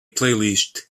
playlist